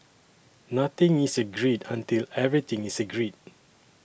nothing is agreed until everything is agreed